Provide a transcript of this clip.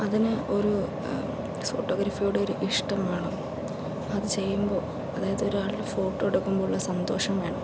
അതിന് ഒരു ഫോട്ടോഗ്രാഫിയോട് ഒരിഷ്ടം വേണം അതു ചെയ്യുമ്പോൾ അതായത് ഒരാളുടെ ഫോട്ടോ എടുക്കുമ്പോഴുള്ള സന്തോഷം വേണം